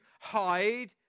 hide